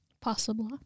Possible